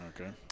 Okay